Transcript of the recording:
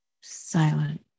silent